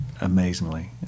amazingly